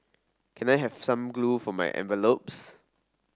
can I have some glue for my envelopes